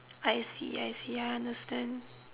I see I see I understand